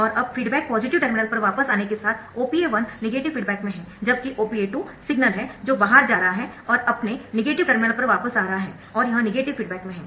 और अब feedback positive terminal पर वापस आने के साथ OPA 1 नेगेटिव फीडबैक में है जबकि OPA 2 सिग्नल है जो बाहर जा रहा है और अपने नेगेटिव टर्मिनल पर वापस आ रहा है और यह नेगेटिव फीडबैक में है